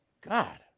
God